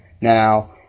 Now